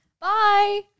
Bye